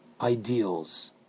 ideals